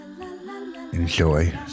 Enjoy